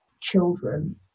children